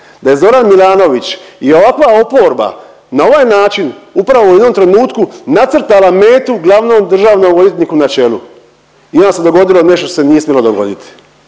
da je Zoran Milanović i ovakva oporba na ovaj način upravo u jednom trenutku nacrtala metu glavnom državnom odvjetniku na čelu i onda se dogodilo nešto što se nije smjelo dogoditi.